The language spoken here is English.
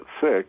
sick